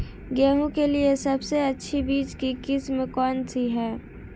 गेहूँ के लिए सबसे अच्छी बीज की किस्म कौनसी है?